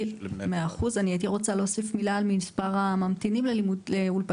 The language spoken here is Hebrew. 100%. אני הייתי רוצה להוסיף מילה על מספר הממתינים לאולפנים.